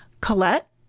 Colette